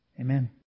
Amen